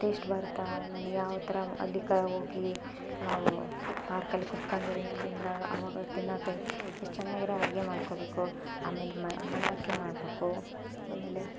taste ಬರುತ್ತೆ ನನ್ಗೆ ಯಾವ ಥರ ಅಲ್ಲಿಗೆ ಕ ಹೋಗಿ ನಾವು ಪಾರ್ಕಲ್ಲಿ ತಿಂದಾಗ ಅವಾಗ ತಿನ್ನಕ್ಕ ಎಷ್ಟು ಚೆನ್ನಾಗಿರೋ ಅಡುಗೆ ಮಾಡ್ಕೊಬೇಕು ಆಮೇಲೆ ಮಂಡಕ್ಕಿ ಮಾಡಬೇಕು ಆಮೇಲೆ